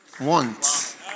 Want